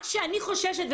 אני חוששת,